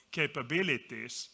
capabilities